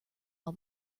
all